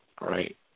right